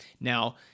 Now